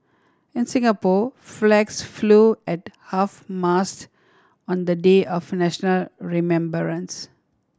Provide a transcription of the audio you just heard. in Singapore flags flew at half mast on the day of national remembrance